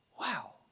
Wow